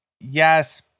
yes